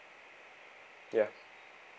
ya